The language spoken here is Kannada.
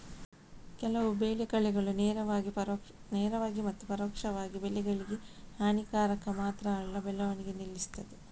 ಕೆಲವು ಬೆಳೆ ಕಳೆಗಳು ನೇರವಾಗಿ ಮತ್ತು ಪರೋಕ್ಷವಾಗಿ ಬೆಳೆಗಳಿಗೆ ಹಾನಿಕಾರಕ ಮಾತ್ರ ಅಲ್ಲ ಬೆಳವಣಿಗೆ ನಿಲ್ಲಿಸ್ತದೆ